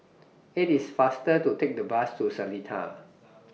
IT IS faster to Take The Bus to Seletar